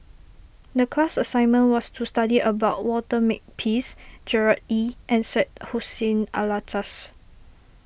the class assignment was to study about Walter Makepeace Gerard Ee and Syed Hussein Alatas